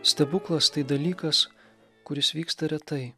stebuklas tai dalykas kuris vyksta retai